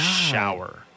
shower